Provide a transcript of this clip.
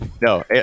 No